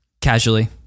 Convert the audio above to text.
Casually